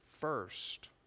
first